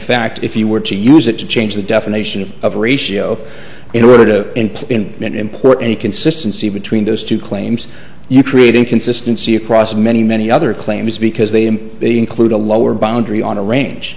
fact if you were to use it to change the definition of ratio in order to import any consistency between those two claims you create in consistency across many many other claims because they include a lower boundary on a range